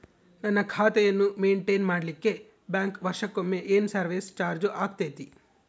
ನನ್ನ ಖಾತೆಯನ್ನು ಮೆಂಟೇನ್ ಮಾಡಿಲಿಕ್ಕೆ ಬ್ಯಾಂಕ್ ವರ್ಷಕೊಮ್ಮೆ ಏನು ಸರ್ವೇಸ್ ಚಾರ್ಜು ಹಾಕತೈತಿ?